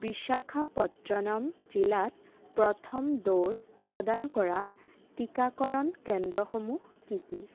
বিশাখাপট্টনম জিলাত প্ৰথম ড'জ প্ৰদান কৰা টিকাকৰণ কেন্দ্ৰসমূহ কি কি